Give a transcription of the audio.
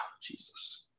Jesus